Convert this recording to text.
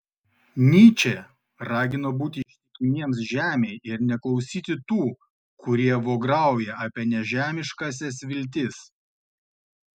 nyčė ragino būti ištikimiems žemei ir neklausyti tų kurie vograuja apie nežemiškąsias viltis